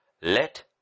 let